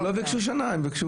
אבל הם גם לא ביקשו שנה, הם ביקשו